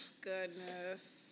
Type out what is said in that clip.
goodness